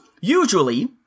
usually